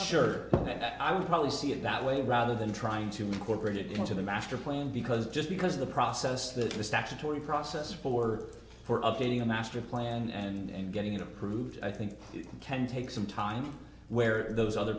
sure that i would probably see it that way rather than trying to incorporate it into the master plan because just because of the process that the statutory process forward for updating a master plan and getting it approved i think it can take some time where those other